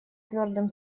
твердым